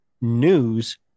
news